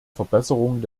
verbesserung